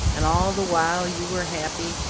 and all the while you were happy,